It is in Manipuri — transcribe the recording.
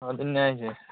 ꯑꯗꯨꯅꯦ ꯍꯥꯏꯁꯦ